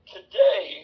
Today